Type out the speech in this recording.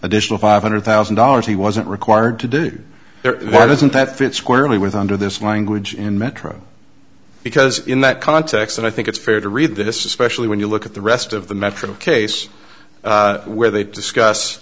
additional five hundred thousand dollars he wasn't required to do there wasn't that fit squarely with under this language in metro because in that context and i think it's fair to read that especially when you look at the rest of the metro case where they